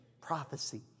prophecy